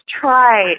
try